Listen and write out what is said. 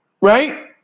Right